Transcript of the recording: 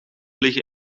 liggen